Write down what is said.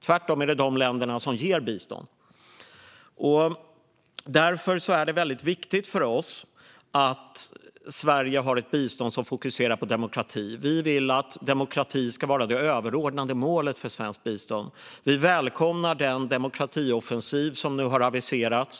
Det är tvärtom de länderna som ger bistånd. Därför är det viktigt för oss att Sverige har ett bistånd som fokuserar på demokrati. Vi vill att demokrati ska vara det överordnade målet för svenskt bistånd. Vi välkomnar den demokratioffensiv som nu har aviserats.